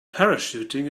parachuting